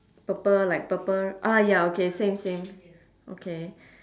purple like purple ah ya okay same same okay